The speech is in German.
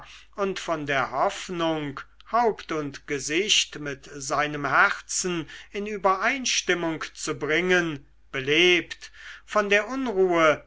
und von der hoffnung haupt und gesicht mit seinem herzen in übereinstimmung zu bringen belebt von der unruhe